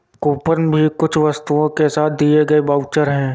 coupon भी कुछ वस्तुओं के साथ दिए गए वाउचर है